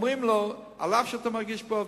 אומרים לו: אף שאתה מרגיש טוב,